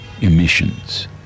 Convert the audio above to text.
emissions